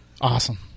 Awesome